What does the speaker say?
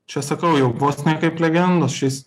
čia sakau jau vos ne kaip legendos šiais